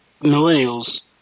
millennials